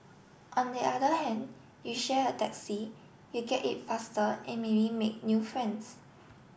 on the other hand you share a taxi you get it faster and maybe make new friends